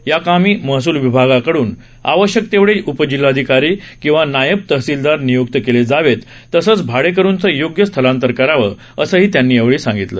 याकामी महसूल विभागाकडून आवश्यक तेवढे उपजिल्हाधिकारी किंवा नायब तहसीलदार निय्क्त केले जावेत तसंच भाडेकरूंचं योग्य स्थलांतर करावं असंही त्यांनी सांगितलं